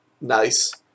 nice